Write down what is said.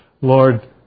Lord